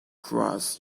cross